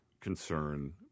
concern